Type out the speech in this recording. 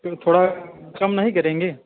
फिर थोड़ा कम नहीं करेंगे